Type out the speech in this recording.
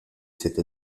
cette